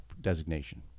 designation